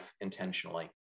intentionally